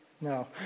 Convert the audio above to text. No